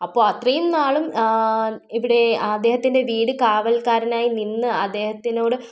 അപ്പോൾ അത്രയും നാളും ഇവിടെ അദ്ദേഹത്തിൻ്റെ വീട് കാവൽക്കാരൻ ആയി നിന്ന് അദ്ദേഹത്തിനോട്